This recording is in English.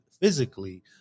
physically